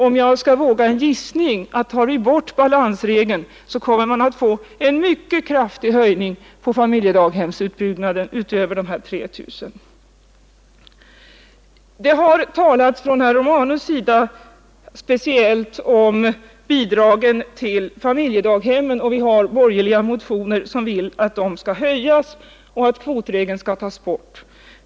Om jag skall våga en gissning tror jag att man, om man tar bort balansregeln, kommer att få en mycket kraftig höjning av familjedaghemsutbyggnaden — utöver de 3 000 platserna. Herr Romanus har talat speciellt om bidragen till familjedaghemmen; borgerliga motionärer vill att de skall höjas och att kvotregeln skall tas bort.